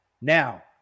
Now